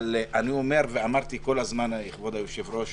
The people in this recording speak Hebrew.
אני אומר ואמרתי כל הזמן כבוד היושב-ראש,